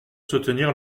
soutenir